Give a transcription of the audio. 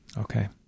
Okay